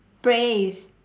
praise